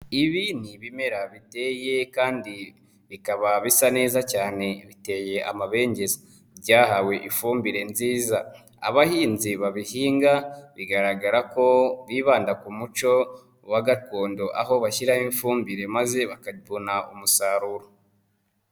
Ibi ni ibimera biteye kandi bikaba bisa neza cyane biteye amabenge byahawe ifumbire nziza. Abahinzi babihinga bigaragara ko bibanda ku muco wa gakondo aho bashyiraraho ifumbire maze bakabona umusaruro.